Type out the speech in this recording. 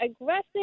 aggressive